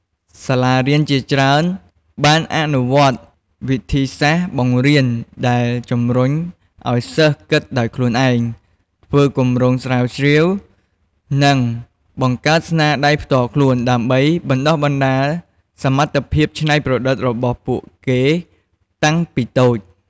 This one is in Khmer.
សាលារៀនជាច្រើនបានអនុវត្តវិធីសាស្ត្របង្រៀនដែលជំរុញឱ្យសិស្សគិតដោយខ្លួនឯង ធ្វើគម្រោងស្រាវជ្រាវ និងបង្កើតស្នាដៃផ្ទាល់ខ្លួន ដើម្បីបណ្ដុះបណ្ដាលសមត្ថភាពច្នៃប្រឌិតរបស់ពួកគេតាំងពីក្មេង។